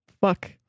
fuck